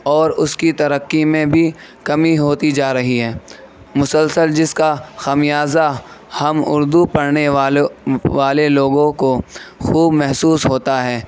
اور اُس کی ترقی میں بھی کمی ہوتی جا رہی ہے مسلسل جس کا خمیازہ ہم اُردو پڑھنے والوں والے لوگوں کو خوب محسوس ہوتا ہے